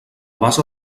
base